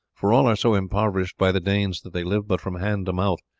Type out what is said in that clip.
for all are so impoverished by the danes that they live but from hand to mouth,